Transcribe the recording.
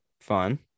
fun